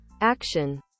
action